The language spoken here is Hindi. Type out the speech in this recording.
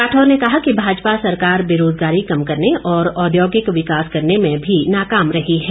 राठौर ने कहा कि भाजपा सरकार बेरोजगारी कम करने और औद्योगिक विकास करने में भी नाकाम रही है